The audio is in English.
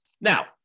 Now